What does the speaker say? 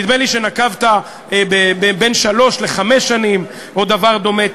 נדמה לי שנקבת בין שלוש לחמש שנים או דבר דומה.